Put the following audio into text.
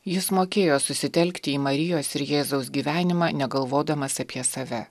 jis mokėjo susitelkti į marijos ir jėzaus gyvenimą negalvodamas apie save